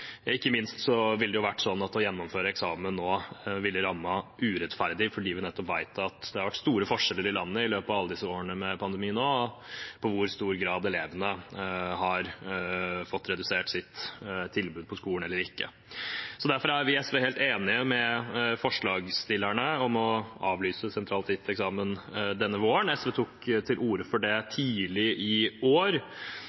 Ikke minst ville det å gjennomføre eksamen nå rammet urettferdig, nettopp fordi vi vet at det har vært store forskjeller i landet i løpet av disse årene med pandemi i hvor stor grad elevene har fått redusert sitt tilbud på skolen. Derfor er vi i SV helt enige med forslagsstillerne om å avlyse sentralt gitt eksamen denne våren. SV tok til orde for det